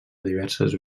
diverses